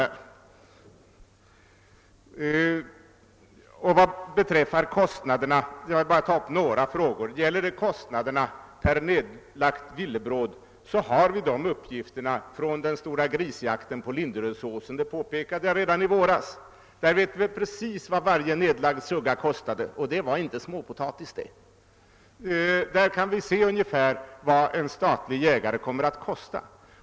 Uppgifter om kostnaderna per nedlagt djur har vi från den stora grisjakten på Linderödsåsen — detta påpekade jag redan i våras. Vi vet precis vad varje nedlagd sugga vid det tillfället kostade, och det var inte småpotatis det. Därav kan vi se ungefär vad en statlig jägare kommer att kosta.